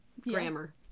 grammar